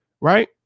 right